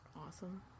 Awesome